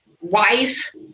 wife